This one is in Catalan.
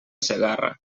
segarra